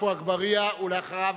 עפו אגבאריה, ואחריו,